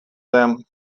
them